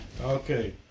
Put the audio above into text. Okay